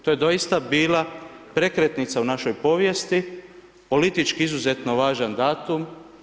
To je doista bila prekretnica u našoj povijesti, politički izuzetno važan datum.